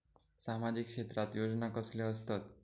सामाजिक क्षेत्रात योजना कसले असतत?